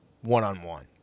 one-on-one